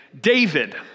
David